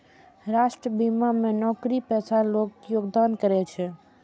राष्ट्रीय बीमा मे नौकरीपेशा लोग योगदान करै छै